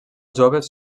joves